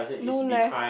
no leh